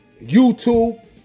YouTube